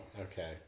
Okay